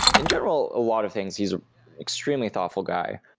in general, a lot of things. he's an extremely thoughtful guy,